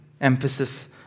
emphasis